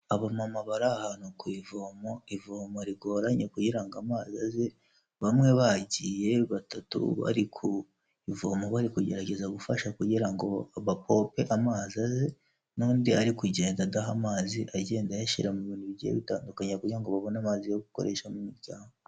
Abamama bari ahantu ku ivomo, ivomo rigoranye kugira ngo amazi aze, bamwe bagiye batatu bari ku ivomo bari kugerageza gufasha kugira ngo bakorope amazi aze, n'undi ari kugenda adaha amazi agenda ayashyira mu bintu bigiye bitandukanye kugira babone amazi yo gukoresha mu imiryango.